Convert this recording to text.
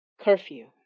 curfew